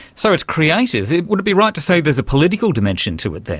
so it's creative. would it be right to say there is a political dimension to it then?